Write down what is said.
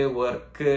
work